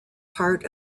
part